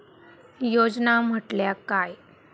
योजना म्हटल्या काय?